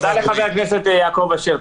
תודה רבה לחבר הכנסת יעקב אשר,